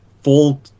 full